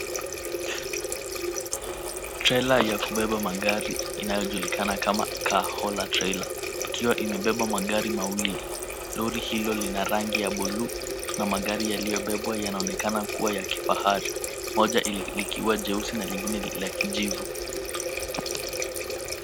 Trela ya kubeba magari inayojulikana kama Kahola Trailer, ikiwa imebeba magari mawili, lori hilo lina rangi ya buluu na magari yaliyobebwa yanaonekana kuwa ya kifahari, moja likiwa jeusi na lingine la kijivu.